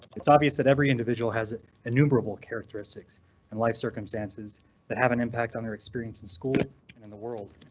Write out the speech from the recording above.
it's obvious that every individual has innumerable characteristics and life circumstances that have an impact on their experience in school and in the world.